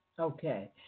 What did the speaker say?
Okay